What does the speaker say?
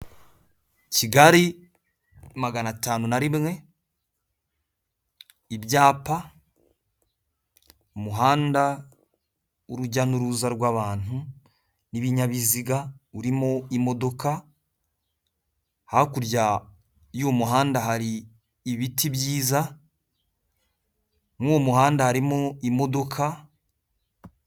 Kigali maganatanu na rimwe, ibyapa, umuhanda urujya n'uruza rw'abantu, n'ibinyabiziga urimo imodoka hakurya y'umuhanda hari ibiti byiza, mu uwo muhanda harimo imodoka.